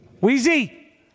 Wheezy